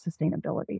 sustainability